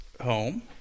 home